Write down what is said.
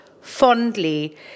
fondly